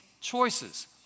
choices